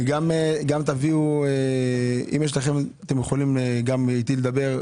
גם אתם יכולים איתי לדבר,